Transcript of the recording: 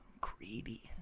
greedy